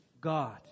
God